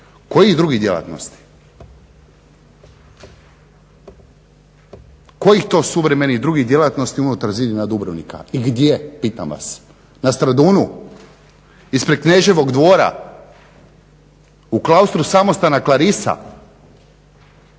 Kojih drugih djelatnosti? Kojih to suvremenih drugih djelatnosti unutar zidina Dubrovnika i gdje pitam vas, na Stradunu, ispred Kneževog dvora, u klaustru Samostana Klarisa?